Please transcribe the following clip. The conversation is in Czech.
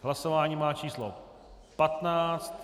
Hlasování má číslo 15.